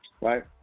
Right